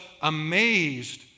amazed